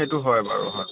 সেইটো হয় বাৰু